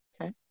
Okay